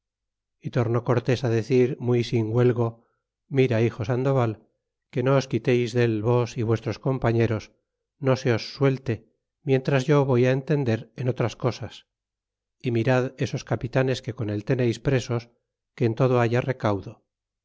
y tornó cortés á decir muy sin huelgo mira hijo sandoval que no os quiteis dél vos y vuestros compañeros no se os suelte mientras yo voy entender en otras cosas é mirad esos capitanes que con él teneis presos que en todo hayarecaudo